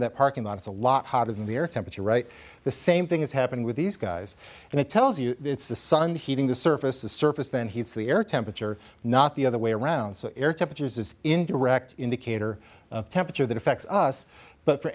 in that parking lot it's a lot hotter than the air temperature right the same thing is happening with these guys and it tells you it's the sun heating the surface the surface then he's the air temperature not the other way around so air temperatures is indirect indicator of temperature that affects us but for